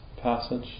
passage